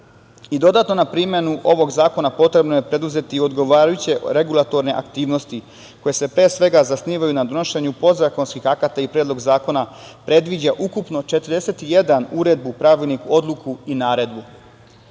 razvoju. Dodatno na primenu ovog zakona potrebno je preduzeti odgovarajuće regulatorne aktivnosti koje se pre svega zasnivaju na donošenju podzakonskih akata i Predlog zakona predviđa ukupno 41 uredbu, pravilnik, odluku i naredbu. Da